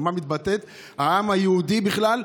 במה מתבטא העם היהודי בכלל?